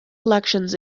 elections